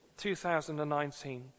2019